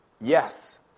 Yes